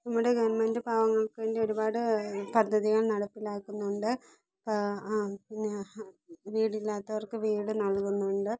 നമ്മുടെ ഗവൺമെൻറ് പാവങ്ങൾക്ക് വേണ്ടി ഒരുപാട് പദ്ധതികൾ നടപ്പിലാക്കുന്നുണ്ട് പിന്നെ വീടില്ലാത്തവർക്ക് വീട് നൽകുന്നുണ്ട്